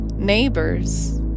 Neighbors